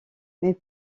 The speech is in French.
mais